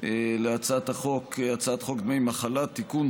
הצעת חוק דמי מחלה (תיקון,